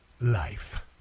life